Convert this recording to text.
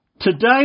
Today